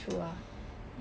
true ah